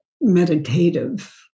meditative